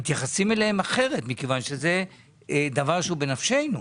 מתייחסים אליהם אחרת מכיוון שזה דבר שהוא בנפשנו.